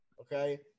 Okay